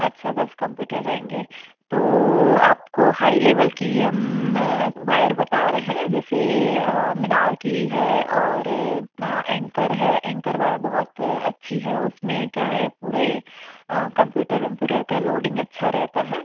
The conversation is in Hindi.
अच्छा दस कंप्यूटर रहेंगे तो आपको हाई लेवल की हम वायर बता रहे हैं जैसे मिनार्की है और अपना ऐंकर है ऐंकर वायर बहुत अच्छी है उसमें क्या है पूरे कंप्यूटर वंप्यूटर का लोडिंग अच्छा रहता है